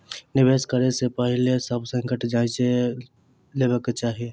निवेश करै से पहिने सभ संकट जांइच लेबाक चाही